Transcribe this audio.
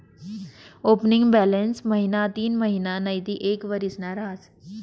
opening balance महिना तीनमहिना नैते एक वरीसना रहास